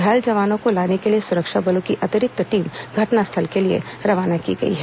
घायल जवानों को लाने के लिए सुरक्षा बलों की अतिरिक्त टीम घटनास्थल के लिए रवाना की गई है